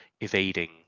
evading